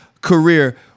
Career